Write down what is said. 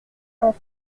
cent